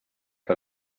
que